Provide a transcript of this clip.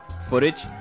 footage